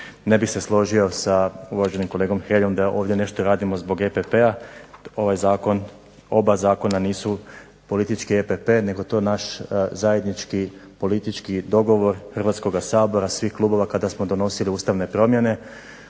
Ne bih se složio sa uvaženim kolegom Hreljom da ovdje nešto radimo radi EPP-a, oba zakona nisu politički EPP nego to naš zajednički politički dogovor Hrvatskog sabora, svih klubova kada smo donosili ustavne promjene.